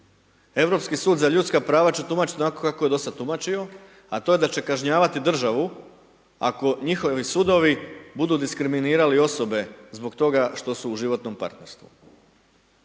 Europski sud za ljudska prava će tumačit onako kako je dosad tumačio a to je da će kažnjavati državu ako njihovi sudovi budu diskriminirali osobe zbog toga što su u životnom partnerstvu.